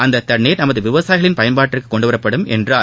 அந்த தண்ணீர் நமது விவசாயிகளின் பயன்பாட்டிற்கு கொண்டுவரப்படும் என்றார்